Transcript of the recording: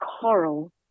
coral